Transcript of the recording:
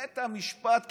בית משפט,